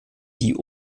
die